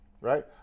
Right